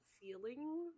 feeling